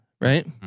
right